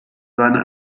seine